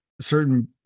certain